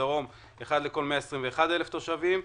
בדרום אחד לכל 121,000 תושבים,